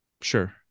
Sure